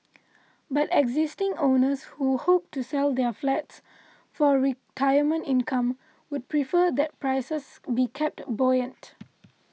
but existing owners who hope to sell their flats for retirement income would prefer that prices be kept buoyant